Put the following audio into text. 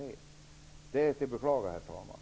Det är att beklaga, herr talman.